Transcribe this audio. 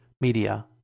media